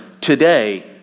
today